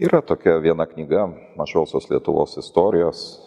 yra tokia viena knyga mažosios lietuvos istorijos